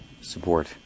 support